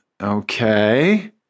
okay